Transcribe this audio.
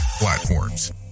platforms